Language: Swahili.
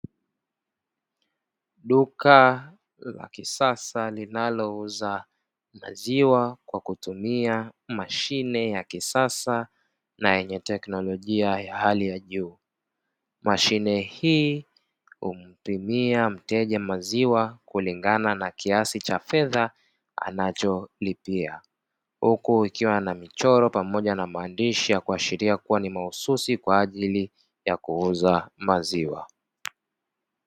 Duka la kisasa linalouza maziwa kwa kutumia mashine ya kisasa na yenye teknolojia ya hali ya juu. Mashine hii humpimia mteja maziwa kulingana na kiasi cha fedha anacholipia, huku ikiwa na michoro pamoja na maandishi ya kuashiria kuwa ni mahususi kwa ajili ya kuuza maziwa.